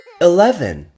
Eleven